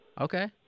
Okay